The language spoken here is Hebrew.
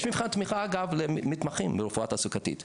יש מבחן תמיכה, אגב, למתמחים לרפואה תעסוקתית.